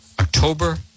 October